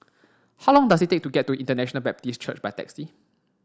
how long does it take to get to International Baptist Church by taxi